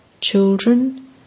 Children